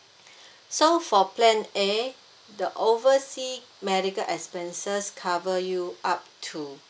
so for plan A the oversea medical expenses cover you up to